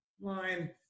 line